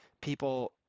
people